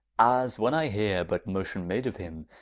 as when i hear but motion made of him,